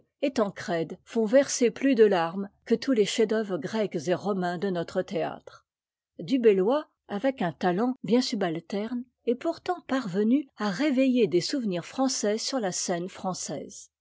zaïre et tancrède font verser plus de larmes que tous les chefs-d'œuvre grecs et romains de notre théâtre dubelloy avec un talent bien subalterne est pourtant parvenu à réveiller des souvenirs français sur la scène française